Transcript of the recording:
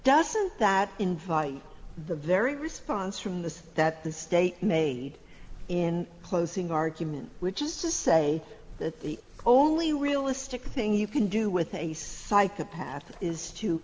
doesn't that invite the very response from this that the state made in closing argument which is to say that the only realistic thing you can do with a psychopath is to